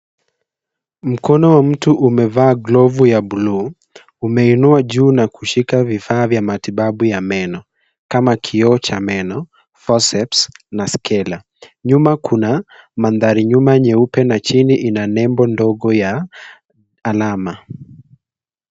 Mkono wa mtu umevaa glovu ya bluu, umeinua juu na kushika vifaa vya matibabu ya meno kama: kioo cha meno, forceps na scaler . Nyuma kuna mandhari nyuma nyeupe na chini ina nembo ndogo ya alama.